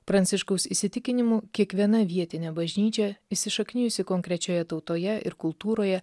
pranciškaus įsitikinimu kiekviena vietinė bažnyčia įsišaknijusi konkrečioje tautoje ir kultūroje